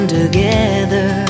together